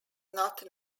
not